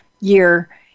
year